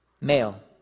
Male